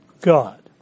God